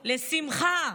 לשמחה,